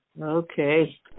okay